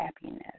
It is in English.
happiness